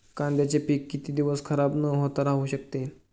कांद्याचे पीक किती दिवस खराब न होता राहू शकते?